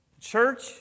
church